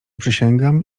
przysięgam